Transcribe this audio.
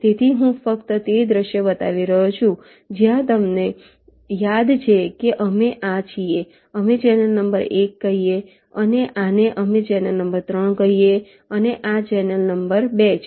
તેથી હું ફક્ત તે દૃશ્ય બતાવી રહ્યો છું જ્યાં તમને યાદ છે કે અમે આ છીએ અમે ચેનલ નંબર 1 કહીયે અને આને અમે ચેનલ નંબર 3 કહીયે છે અને આ ચેનલ નંબર 2 છે